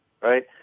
Right